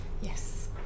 Yes